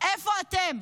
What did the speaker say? איפה אתם?